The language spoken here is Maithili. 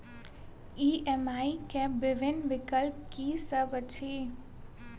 ई.एम.आई केँ विभिन्न विकल्प की सब अछि